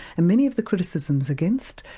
and many of the criticisms against,